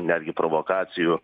netgi provokacijų